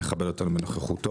שמכבד אותנו בנוכחותו.